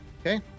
Okay